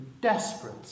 desperate